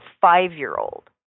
five-year-old